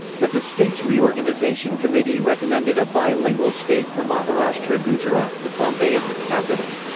but the states reorganisation committee recommended a bi-lingual state for maharashtra-gujarat, with bombay as its capital.